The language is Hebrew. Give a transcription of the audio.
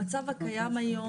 המצב הקיים היום,